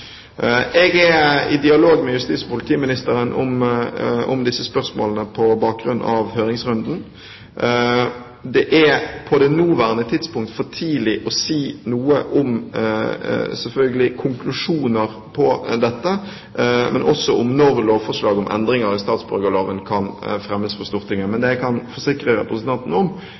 Jeg er i dialog med justis- og politiministeren om disse spørsmålene på bakgrunn av høringsrunden. Det er selvfølgelig på det nåværende tidspunkt for tidlig å si noe om konklusjoner når det gjelder dette, og også om når lovforslaget om endringer i statsborgerloven kan fremmes for Stortinget. Men det jeg kan forsikre representanten om,